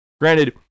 Granted